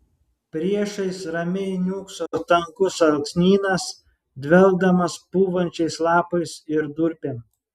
priešais ramiai niūkso tankus alksnynas dvelkdamas pūvančiais lapais ir durpėm